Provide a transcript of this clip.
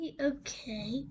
okay